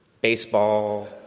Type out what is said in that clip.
baseball